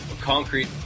concrete